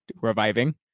reviving